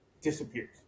disappears